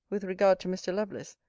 with regard to mr. lovelace,